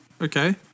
Okay